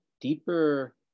deeper